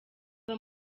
reba